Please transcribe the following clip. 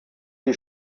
die